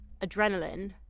adrenaline